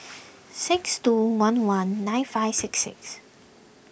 six two one one nine five six six